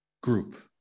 group